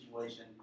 situation